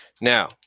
Now